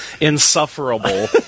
insufferable